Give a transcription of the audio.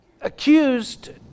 accused